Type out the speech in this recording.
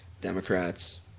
Democrats